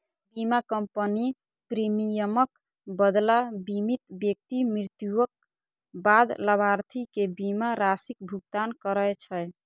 बीमा कंपनी प्रीमियमक बदला बीमित व्यक्ति मृत्युक बाद लाभार्थी कें बीमा राशिक भुगतान करै छै